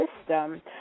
system